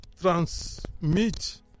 transmit